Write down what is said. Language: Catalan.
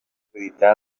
acreditar